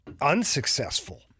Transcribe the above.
unsuccessful